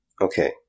Okay